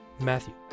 matthew